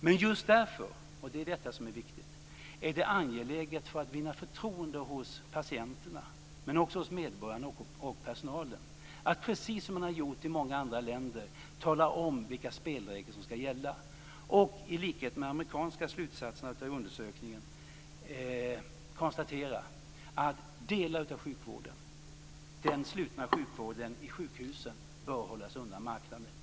Men just därför, och det är detta som är viktigt, är det angeläget för att vinna förtroende hos patienterna, men också hos medborgarna och personalen, att precis som man har gjort i många andra länder tala om vilka spelregler som ska gälla och i likhet med de amerikanska slutsatserna i undersökningen konstatera att delar av sjukvården, den slutna sjukvården på sjukhusen, bör hållas undan marknaden.